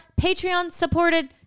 Patreon-supported